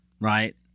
right